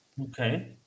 okay